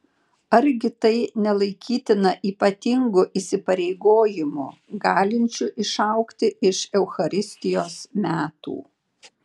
argi tai nelaikytina ypatingu įpareigojimu galinčiu išaugti iš eucharistijos metų